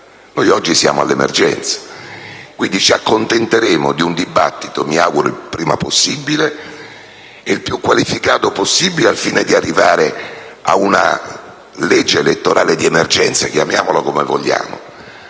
Oggi però siamo all'emergenza. Quindi, ci accontenteremo di un dibattito, mi auguro il prima possibile e il più qualificato possibile, al fine di arrivare a una legge elettorale di emergenza - chiamiamola come vogliamo